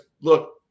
look